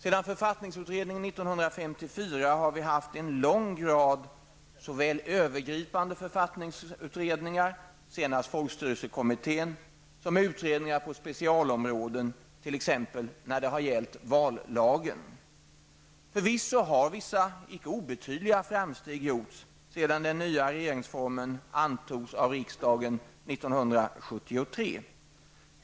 Efter författningsutredningen 1954 har vi haft en lång rad såväl övergripande grundlagsutredningar, senast folkstyrelsekommittén, som utredningar på specialområden, t.ex. när det har gällt vallagen. Förvisso har vissa icke obetydliga framsteg gjorts sedan den nya regeringsformen antogs av riksdagen 1973.